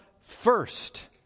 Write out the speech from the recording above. first